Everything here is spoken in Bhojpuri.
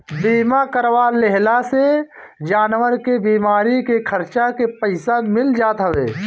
बीमा करवा लेहला से जानवर के बीमारी के खर्चा के पईसा मिल जात हवे